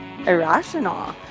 irrational